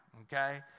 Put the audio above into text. Okay